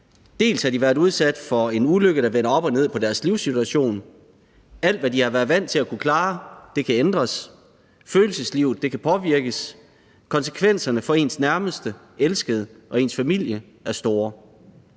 Dels har de været udsat for en ulykke, der vender op og ned på deres livssituation – alt, hvad de har været vant til at kunne klare, er ændret, følelseslivet kan være blevet påvirket, konsekvenserne for ens nærmeste, elskede og familie er store